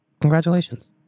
Congratulations